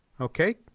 Okay